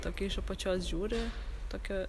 tokia iš apačios žiūri tokia